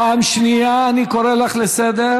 חוק נגד המשטרה, פעם שנייה אני קורא אותך לסדר.